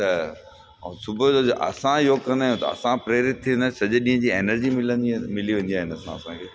त ऐं सुबुह जो असां योग कंदा आहियूं असां बि प्रेरित थी वेंदा आहियूं सॼे ॾींहुं जी एनर्जी मिलंदी आहे मिली वेंदी आहे इन सां असांखे